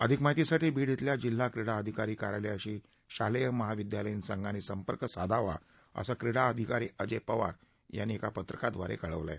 अधिक माहितीसाठी बीड खेल्या जिल्हा क्रीडा अधिकारी कार्यालयाशी शालेय महाविद्यालयीन संघांनी संपर्क साधावा असं क्रीडा अधिकरी अजय पवार यांनी पत्रकाद्वारे कळवलं आहे